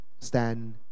stand